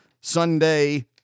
Sunday